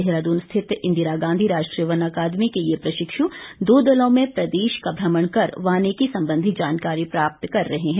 देहरादून स्थित इंदिरागांधी राष्ट्रीय वन अकादमी के ये प्रशिक्षु दो दलों में प्रदेश का भ्रमण कर वानिकी संबंधी जानकारी प्राप्त कर रहे हैं